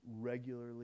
regularly